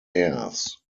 hares